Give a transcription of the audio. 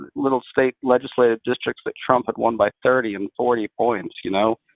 little state legislative districts that trump had won by thirty and forty points. you know